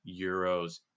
euros